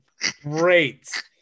Great